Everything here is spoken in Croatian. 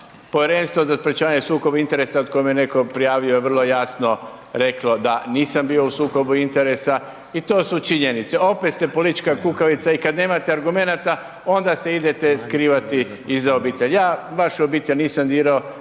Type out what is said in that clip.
Povjerenstvo za sprečavanje sukoba interesa od tko me netko prijavio je vrlo jasno reklo da nisam bio u sukobu interesa i to su činjenice, opet ste politička kukavica i kad nemate argumenata onda se idete skrivati iza obitelji, ja vašu obitelj nisam dirao,